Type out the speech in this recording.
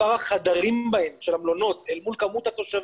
מספר החדרים במלונות שם אל מול מספר התושבים,